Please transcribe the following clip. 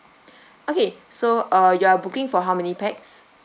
okay so uh you are booking for how many pax